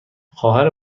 خواهر